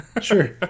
sure